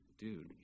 dude